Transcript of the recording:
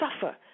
suffer